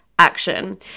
action